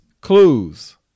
clues